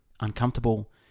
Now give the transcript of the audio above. uncomfortable